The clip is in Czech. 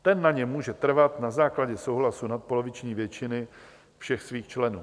Ten na něm může trvat na základě souhlasu nadpoloviční většiny všech svých členů.